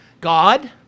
God